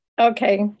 Okay